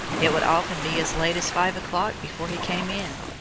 it would often be as late as five o'clock before he came in,